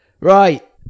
right